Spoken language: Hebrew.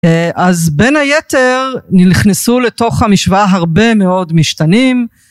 אז בין היתר נכנסו לתוך המשוואה הרבה מאוד משתנים.